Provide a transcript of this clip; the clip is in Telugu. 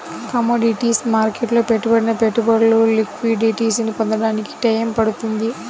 కమోడిటీస్ మార్కెట్టులో పెట్టిన పెట్టుబడులు లిక్విడిటీని పొందడానికి టైయ్యం పడుతుంది